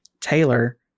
taylor